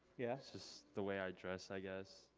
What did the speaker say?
yeah? it's just the way i dress, i guess.